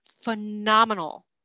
phenomenal